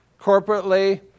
corporately